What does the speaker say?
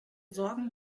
sorgen